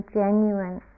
genuine